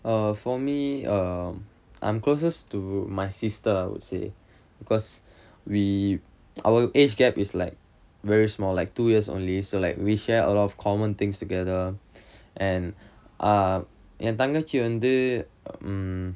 err for me err I'm closest to my sister I would say because we our age gap is like very small like two years so like we share a lot of common things together and என் தங்கச்சி வந்து:en thangachi vanthu